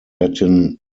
latin